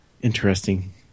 interesting